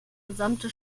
gesamte